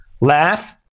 Laugh